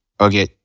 Okay